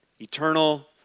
Eternal